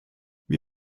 wir